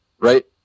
right